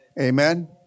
Amen